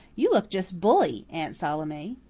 you look just bully, aunt salome,